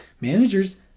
managers